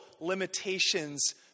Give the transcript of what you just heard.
limitations